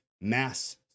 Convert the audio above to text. mass